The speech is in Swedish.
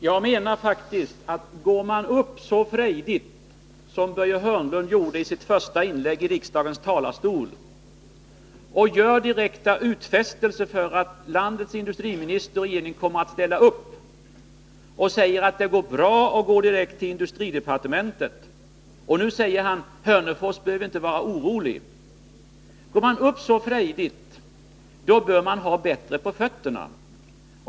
Herr talman! Går man så frejdigt upp i riksdagens talarstol som Börje Hörnlund gjorde i sitt första inlägg och gör direkta utfästelser att landets industriminister kommer att ställa upp och att det går bra att vända sig direkt tillindustridepartementet — och nu säger han att Hörnefors inte behöver vara oroligt —, då bör man ha bättre på fötterna.